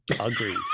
agreed